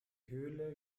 höhle